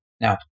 Now